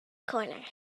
corner